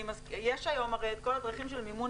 יש היום הרי את כל הדרכים של מימון